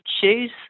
choose